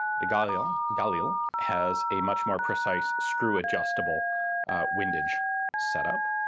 the galil galil has a much more precise screw adjustable windage set up.